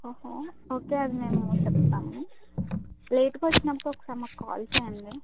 okay అది నేను చెప్తాను లేటుగా వచ్చినప్పుడు ఒకసారి మాకు కాల్ చేయండి